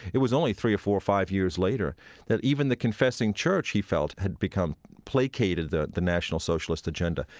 it was only three or four or five years later that even the confessing church he felt had become placated the the national socialist agenda.